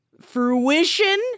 fruition